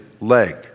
leg